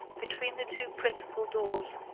between the two principal doors,